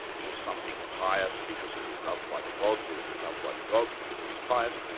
is something pious because it is loved by the gods or is it loved by the gods because it is pious?